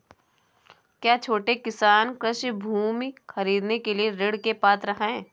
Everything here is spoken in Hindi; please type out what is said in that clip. क्या छोटे किसान कृषि भूमि खरीदने के लिए ऋण के पात्र हैं?